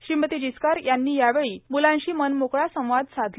श्रीमती जिचकार यांनी यावेळी मुलांशी मनमोकळा संवाद साधला